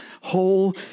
whole